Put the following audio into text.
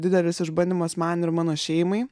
didelis išbandymas man ir mano šeimai